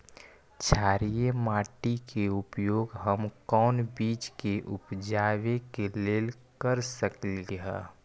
क्षारिये माटी के उपयोग हम कोन बीज के उपजाबे के लेल कर सकली ह?